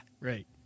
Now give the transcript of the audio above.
right